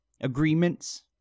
agreements